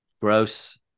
gross